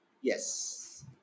Yes